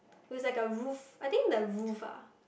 it was like a roof I think the roof ah